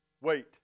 Wait